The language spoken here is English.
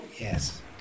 Yes